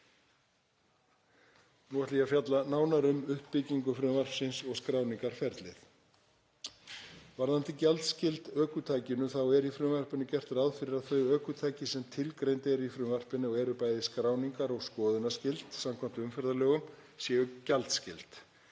Nú ætla ég að fjalla nánar um uppbyggingu frumvarpsins og skráningarferlið. Varðandi gjaldskyld ökutæki er í frumvarpinu gert ráð fyrir að þau ökutæki sem tilgreind eru í frumvarpinu og eru bæði skráningar- og skoðunarskyld samkvæmt umferðarlögum séu gjaldskyld.